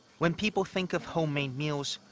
when people think of home-made meals,